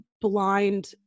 blind